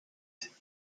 him